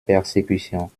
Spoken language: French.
persécutions